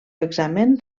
examen